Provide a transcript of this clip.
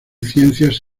ciencias